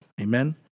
Amen